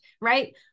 right